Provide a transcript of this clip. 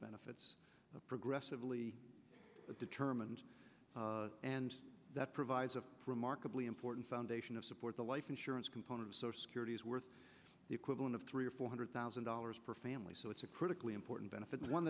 benefits progressively determined and that provides a remarkably important foundation of support the life insurance component of social security is worth the equivalent of three or four hundred thousand dollars per family so it's a critically important benefit and one